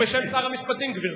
בשם שר המשפטים, גברתי.